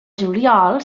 juliol